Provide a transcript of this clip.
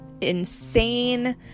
insane